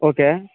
okay